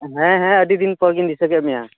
ᱦᱮᱸ ᱦᱮᱸ ᱟᱹᱰᱤ ᱫᱤᱱ ᱯᱚᱨᱜᱤᱧ ᱫᱤᱥᱟᱹ ᱠᱮᱫ ᱢᱮᱭᱟ